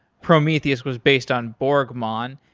prometheus was based on borg mon.